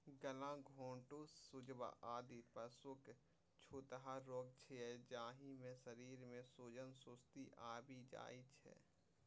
गलाघोटूं, सुजवा, आदि पशुक छूतहा रोग छियै, जाहि मे शरीर मे सूजन, सुस्ती आबि जाइ छै